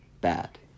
bad